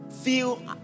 feel